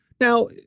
Now